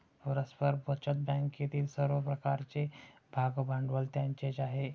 परस्पर बचत बँकेतील सर्व प्रकारचे भागभांडवल त्यांचेच आहे